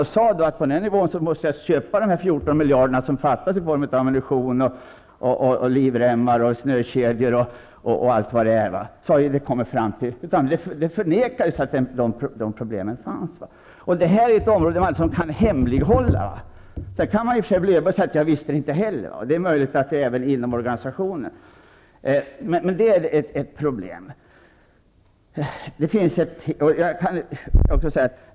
Hade han angett de 14 miljarder som fattas i form av ammunition, livremmar, snökedjor och allt vad det är, hade det ju kommit fram. Men myndigheterna förnekade att bristerna fanns. Försvaret är ett område där man kan hemlighålla saker och ting. Också höga befattningshavare kan säga att man inte kände till bristerna.